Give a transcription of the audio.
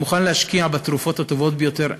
הוא מוכן להשקיע בתרופות הטובות ביותר.